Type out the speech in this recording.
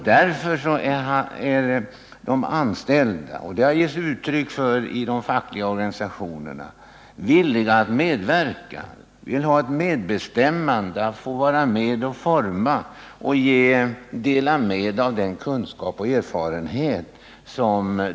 De anställda — det har de fackliga organisationerna givit uttryck för — är villiga att tillsammans med företagen och samhället medverka till att utveckla vår företagsamhet.